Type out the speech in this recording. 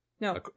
No